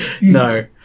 No